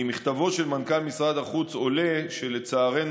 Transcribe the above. ממכתבו של מנכ"ל משרד החוץ עולה שלצערנו,